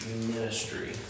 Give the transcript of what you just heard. ministry